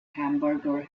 hamburger